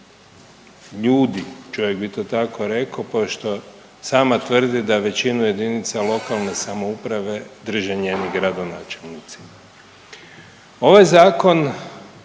ljudi, čovjek bi to tako reko pošto sama tvrdi da većinu jedinica lokalne samouprave drže njeni gradonačelnici. Ovaj zakon